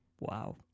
Wow